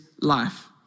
life